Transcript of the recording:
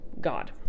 God